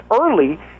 early